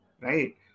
right